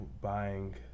buying